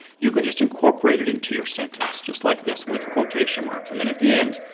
you can just incorporate it into your sentence just like this with quotation marks and then at the end,